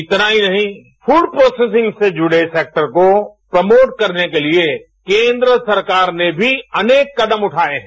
इतना ही नहीं फूड प्रोसेसिंग से जुड़े सेक्टर को प्रमोट करने के लिए केंद्र सरकार ने भी अनेक कदम उठाये हैं